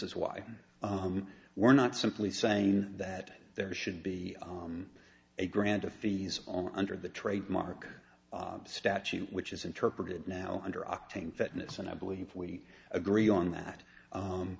is why we're not simply saying that there should be a grant of fees on under the trademark statute which is interpreted now under octane fitness and i believe we agree on that